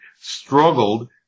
struggled